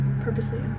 purposely